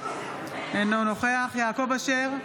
אינו נוכח יעקב אשר,